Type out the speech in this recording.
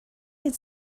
had